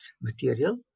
material